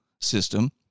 system